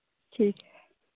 ठीक है